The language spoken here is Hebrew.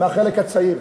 מהחלק הצעיר,